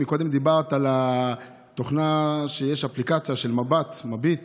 קודם דיברת על זה שיש אפליקציה של Moovit,